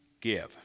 give